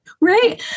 right